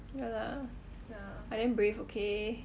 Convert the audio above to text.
ya lah I damn brave okay